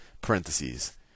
parentheses